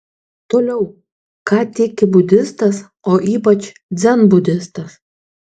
toliau ką tiki budistas o ypač dzenbudistas